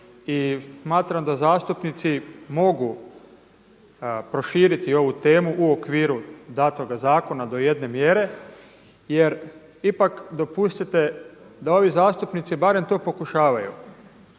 i smatram da zastupnici mogu proširiti ovu temu u okviru datoga zakona do jedne mjere. Jer ipak dopustite, da ovi zastupnici barem to pokušavaju.